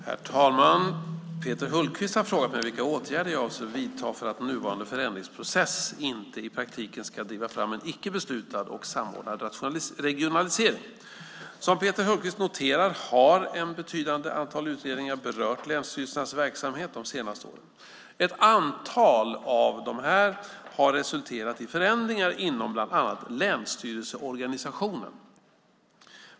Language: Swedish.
Herr talman! Peter Hultqvist har frågat mig vilka åtgärder jag avser att vidta för att nuvarande förändringsprocess inte i praktiken ska driva fram en icke beslutad och samordnad regionalisering. Som Peter Hultqvist noterar har ett betydande antal utredningar berört länsstyrelsernas verksamhet de senaste åren. Ett antal av dessa har resulterat i förändringar inom bland annat länsstyrelseorganisationen.